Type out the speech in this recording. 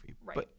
Right